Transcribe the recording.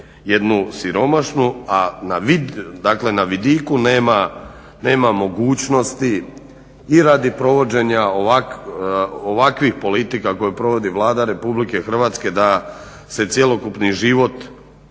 jednu siromašnu, a na vidiku nema mogućnosti i radi provođenja ovakvih politika koje provodi Vlada Republike Hrvatske da se cjelokupni život,